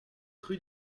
rue